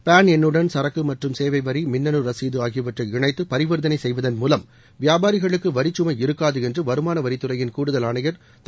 பாள் எண்ணுடள் சரக்கு மற்றும் சேவை வரி மின்னனு ரசீது ஆகியவற்றை இணைத்து பரிவர்த்தனை செய்வதன் மூலம் வியாபாரிகளுக்கு வரிச்சுமை இருக்கூது என்று வருமான வரித்துறையின் கூடுதல் ஆணையர் திரு